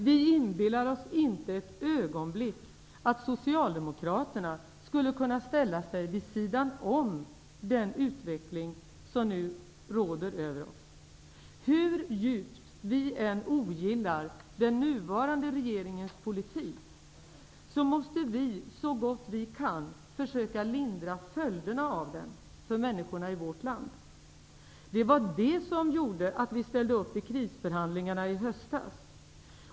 Vi inbillar oss inte ett ögonblick att Socialdemokraterna skulle kunna ställa sig vid sidan om den utveckling som nu sker i landet. Hur djupt vi än ogillar den nuvarande regeringens politik, måste vi så gott vi kan försöka lindra följderna av denna för människorna i vårt land. Det var det som gjorde att vi ställde upp i krisförhandlingarna i höstas.